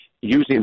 using